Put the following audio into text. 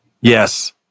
Yes